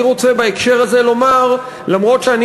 מי שהעביר את החוק הפר משמעת קואליציונית,